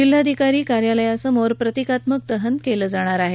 जिल्हाधिकारी कार्यालयासमोर प्रतिकात्मक दहन केलं जाणार आहे